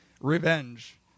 revenge